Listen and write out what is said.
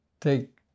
take